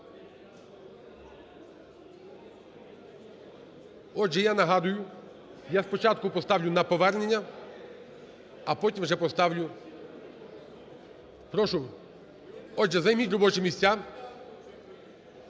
Отже, я нагадую: я спочатку поставлю на повернення, а потім вже поставлю… Прошу. Отже, займіть робочі місця.